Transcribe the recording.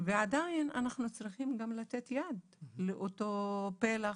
ועדיין אנחנו צריכים גם לתת יד לאותו פלח.